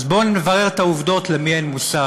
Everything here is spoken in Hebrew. אז בוא נברר את העובדות, למי אין מושג.